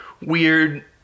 weird